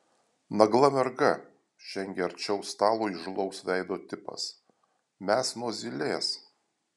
nagla merga žengė arčiau stalo įžūlaus veido tipas mes nuo zylės